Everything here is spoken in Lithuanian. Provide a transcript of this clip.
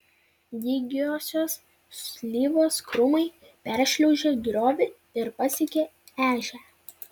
dygiosios slyvos krūmai peršliaužė griovį ir pasiekė ežią